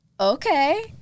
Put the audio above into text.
okay